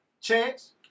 Chance